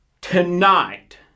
tonight